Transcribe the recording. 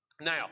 Now